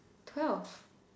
twelve